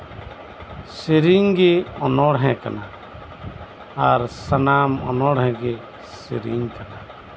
ᱥᱮᱨᱮᱧ ᱜᱮ ᱚᱱᱚᱬᱦᱮᱸ ᱠᱟᱱᱟ ᱟᱨ ᱥᱟᱱᱟᱢ ᱚᱱᱚᱬᱦᱮᱸ ᱜᱮ ᱥᱮᱨᱮᱧ ᱠᱟᱱᱟ